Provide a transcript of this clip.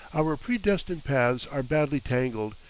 our predestined paths are badly tangled,